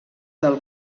del